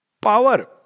power